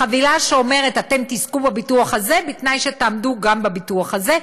חבילה שאומרת: אתם תזכו בביטוח הזה בתנאי שתעמדו גם בביטוח הזה,